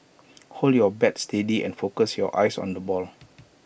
hold your bat steady and focus your eyes on the ball